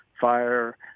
fire